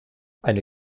eine